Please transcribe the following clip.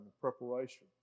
preparation